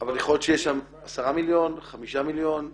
-- אבל יכול להיות שיש שם 5 מיליון, 10 מיליון.